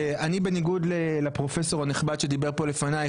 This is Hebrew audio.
ואני בניגוד לפרופסור הנכבד שדיבר פה לפניך,